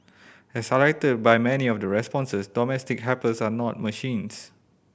as highlighted by many of the responses domestic helpers are not machines